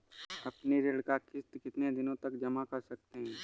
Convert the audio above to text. अपनी ऋण का किश्त कितनी दिनों तक जमा कर सकते हैं?